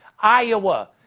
Iowa